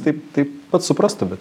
taip taip pat suprastume